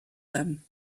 them